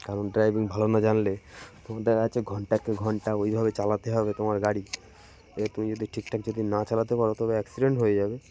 কারণ ড্রাইভিং ভালো না জানলে তোমার দেখা যাচ্ছে ঘণ্টাকে ঘণ্টা ওইভাবে চালাতে হবে তোমার গাড়ি এবার তুমি যদি ঠিকঠাক যদি না চালাতে পারো তবে অ্যাক্সিডেন্ট হয়ে যাবে